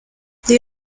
the